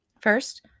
first